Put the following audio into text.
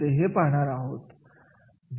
हे आपण पाहणार आहोत